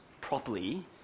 properly